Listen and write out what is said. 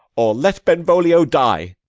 or let benvolio die.